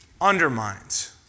undermines